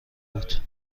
بود